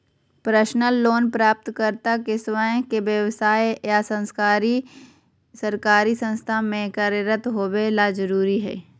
personal loan प्राप्तकर्ता के स्वयं के व्यव्साय या सरकारी संस्था में कार्यरत होबे ला जरुरी हइ